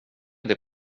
det